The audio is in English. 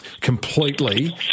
completely